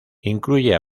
incluye